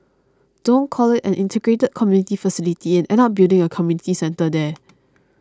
don't call it an integrated community facility and end up building a community centre there